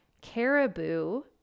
Caribou